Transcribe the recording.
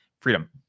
freedom